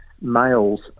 males